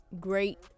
Great